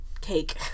cake